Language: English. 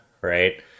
right